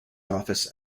office